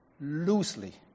loosely